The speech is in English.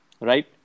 Right